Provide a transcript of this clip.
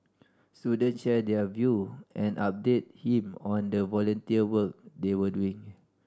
students shared their view and updated him on the volunteer work they were doing